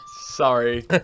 Sorry